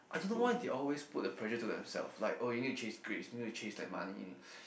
I don't know why they always put the pressure to themselves like oh you need to chase grades you need to chase like money